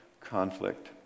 conflict